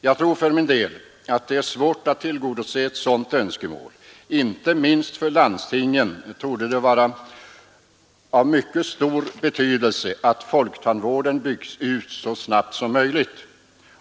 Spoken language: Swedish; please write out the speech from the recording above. Jag tror för min del att det är svårt att tillgodose ett sådant önskemål. Inte minst för landstingen torde det vara av mycket stor betydelse att folktandvården byggs ut så snabbt som möjligt.